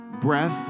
breath